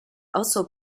also